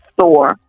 store